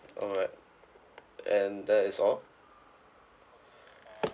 alright and that is all